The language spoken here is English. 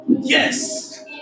Yes